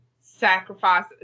sacrifice